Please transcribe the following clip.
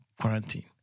quarantine